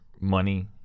money